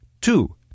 two